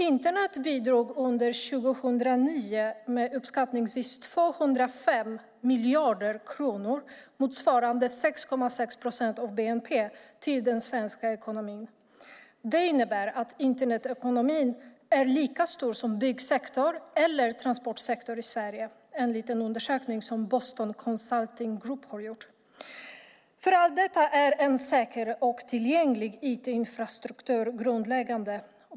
Internet bidrog under 2009 med uppskattningsvis 205 miljarder kronor, motsvarande 6,6 procent av bnp, till den svenska ekonomin. Det innebär att Internetekonomin är lika stor som byggsektorn eller transportsektorn i Sverige, enligt en undersökning som Boston Consulting Group har gjort. För allt detta är en säker och tillgänglig IT-infrastruktur grundläggande.